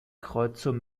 kreuzung